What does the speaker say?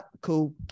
Cool